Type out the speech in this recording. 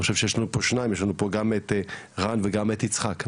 יש לנו פה שניים גם את רן וגם את יצחק.